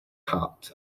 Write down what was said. heart